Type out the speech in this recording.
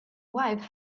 wife